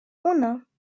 uno